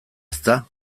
ezta